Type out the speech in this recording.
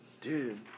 Dude